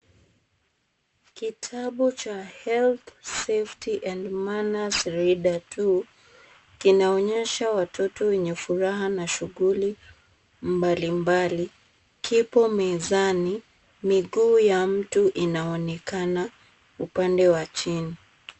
Kitabu cha Health, Safety and Manners reader two, kinaonyesha watoto wenye furaha na shughuli mbalimbali, kipo mezani. Miguu ya mtu inaonekana upande wa chini.